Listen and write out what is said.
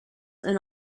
and